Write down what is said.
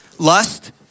Lust